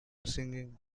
singing